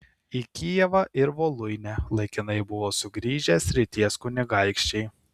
į kijevą ir voluinę laikinai buvo sugrįžę srities kunigaikščiai